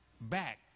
back